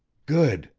good,